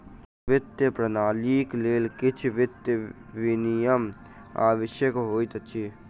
वित्तीय प्रणालीक लेल किछ वित्तीय विनियम आवश्यक होइत अछि